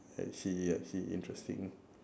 I see I see interesting